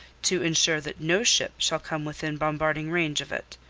to ensure that no ship shall come within bombarding range of it.